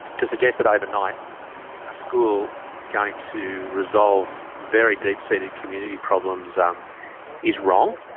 to suggest that overnight a school is going to resolve very deep seated community problems um is wrong.